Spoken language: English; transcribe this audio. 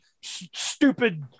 stupid